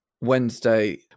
Wednesday